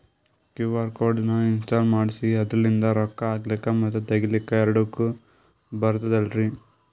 QR code ನ install ಮಾಡೆಸಿ ಅದರ್ಲಿಂದ ರೊಕ್ಕ ಹಾಕ್ಲಕ್ಕ ಮತ್ತ ತಗಿಲಕ ಎರಡುಕ್ಕು ಬರ್ತದಲ್ರಿ?